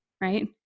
right